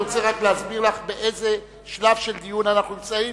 אני רוצה רק להסביר לך באיזה שלב של דיון אנחנו נמצאים,